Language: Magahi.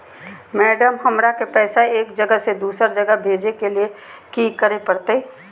मैडम, हमरा के पैसा एक जगह से दुसर जगह भेजे के लिए की की करे परते?